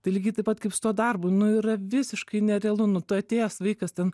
tai lygiai taip pat kaip su tuo darbu nu yra visiškai nerealu nu tu atėjęs vaikas ten